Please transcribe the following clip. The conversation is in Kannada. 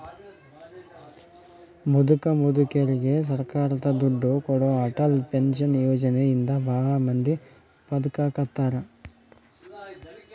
ಮುದುಕ ಮುದುಕೆರಿಗೆ ಸರ್ಕಾರ ದುಡ್ಡು ಕೊಡೋ ಅಟಲ್ ಪೆನ್ಶನ್ ಯೋಜನೆ ಇಂದ ಭಾಳ ಮಂದಿ ಬದುಕಾಕತ್ತಾರ